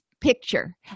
picture